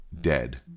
dead